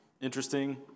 interesting